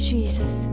Jesus